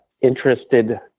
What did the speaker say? interested